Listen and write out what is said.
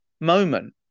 moment